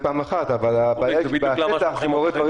אנחנו עושים סגירת מעגל למוחרת היום ואם מישהו לא מעדכן,